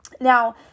Now